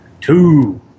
Two